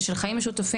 ושל חיים משותפים,